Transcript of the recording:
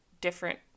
different